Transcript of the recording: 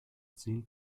zehn